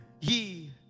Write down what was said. Ye